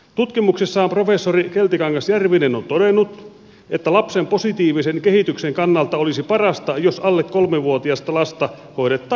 tutkimuksessaan professori keltikangas järvinen on todennut että lapsen positiivisen kehityksen kannalta olisi parasta jos alle kolmevuotiasta lasta hoidettaisiin kotona